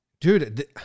dude